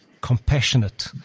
compassionate